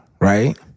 right